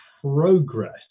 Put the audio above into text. progress